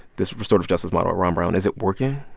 this restorative justice model at ron brown is it working?